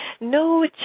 no